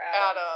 Adam